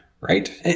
Right